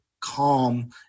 calm